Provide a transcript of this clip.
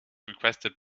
requested